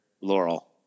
Laurel